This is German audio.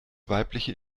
weibliche